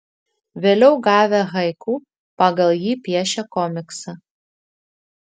vėliau gavę haiku pagal jį piešė komiksą